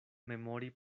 memori